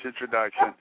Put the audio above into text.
introduction